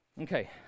Okay